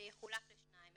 שיחולק לשניים.